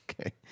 Okay